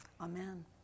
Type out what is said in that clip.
Amen